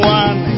one